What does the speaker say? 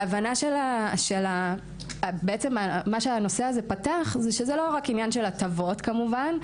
ההבנה של מה שהנושא הזה פתח זה שזה לא רק עניין של הטבות כמובן,